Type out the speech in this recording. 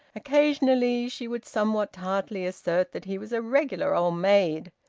occasionally she would somewhat tartly assert that he was a regular old maid.